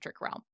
realm